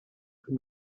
can